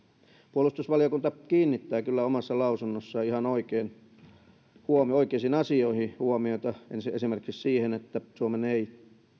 puolustusvaliokunta kiinnittää kyllä omassa lausunnossaan ihan oikeisiin asioihin huomiota esimerkiksi siihen että suomen ei